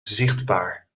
zichtbaar